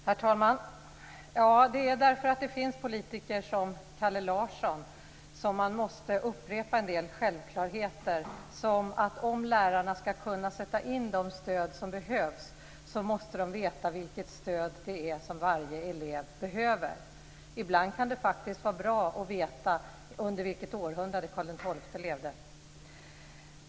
Herr talman! Det är därför att det finns politiker som Kalle Larsson som man måste upprepa en del självklarheter. Om lärarna ska kunna sätta in det stöd som behövs, måste de veta vilket stöd varje elev behöver. Ibland kan det vara bra att veta under vilket århundrade Karl XII levde.